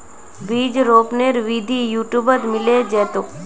बीज रोपनेर विधि यूट्यूबत मिले जैतोक